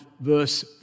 verse